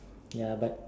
ya but